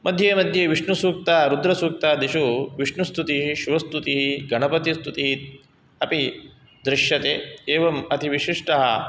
मध्ये मद्ये विष्णुसूक्तरुद्रसूक्तादिषु विष्णुस्तुतिः शिवस्तुतिः गणपतिस्तुतिः अपि दृष्यते एवम् अति विशिष्टः